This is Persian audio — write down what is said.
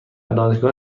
دانشگاه